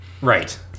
Right